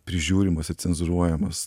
prižiūrimos ir cenzūruojamos